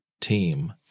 team